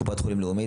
קופת חולים לאומית,